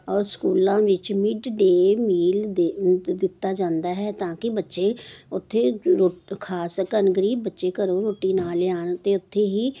ਔਰ ਸਕੂਲਾਂ ਵਿੱਚ ਮਿਡਡੇ ਮੀਲ ਦੇ ਦਿੱਤਾ ਜਾਂਦਾ ਹੈ ਤਾਂ ਕਿ ਬੱਚੇ ਉੱਥੇ ਰੋਟੀ ਖਾ ਸਕਣ ਗਰੀਬ ਬੱਚੇ ਘਰੋਂ ਰੋਟੀ ਨਾ ਲਿਆਉਣ ਅਤੇ ਉੱਥੇ ਹੀ